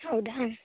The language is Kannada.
ಹೌದಾ